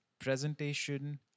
presentation